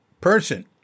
person